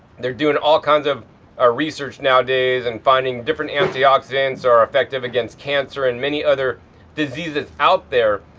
they're doing all kinds of ah research nowadays and finding different anti-oxidants are effective against cancer and many other diseases out there.